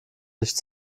licht